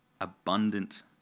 abundant